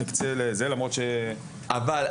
גם לך,